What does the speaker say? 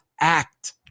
act